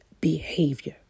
behavior